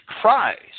Christ